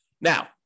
now